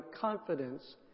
confidence